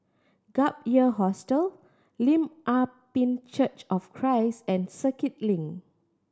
Gap Year Hostel Lim Ah Pin Church of Christ and Circuit Link